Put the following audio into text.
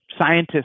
scientists